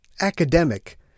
academic